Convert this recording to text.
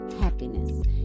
happiness